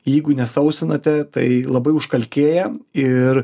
jeigu ne sausinate tai labai užkalkėję ir